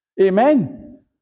Amen